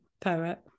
Poet